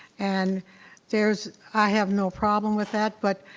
and there's, i have no problem with that, but,